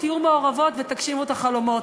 תהיו מעורבות ותגשימו את החלומות.